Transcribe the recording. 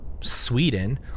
Sweden